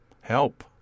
help